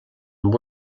amb